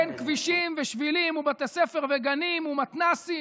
ואין כבישים ושבילים ובתי ספר וגנים ומתנ"סים,